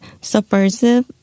subversive